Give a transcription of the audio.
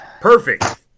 perfect